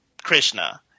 krishna